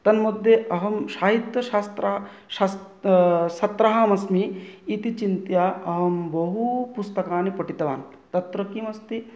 तन् मध्ये अहं साहित्यशास्त्रं छात्रः अस्मि इति चिन्त्य अहं बहु पुस्तकानि पठितवान् तत्र किम् अस्ति